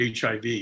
HIV